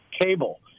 cable